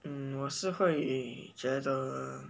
mm 我是会觉得